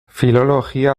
filologia